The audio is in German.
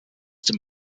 dem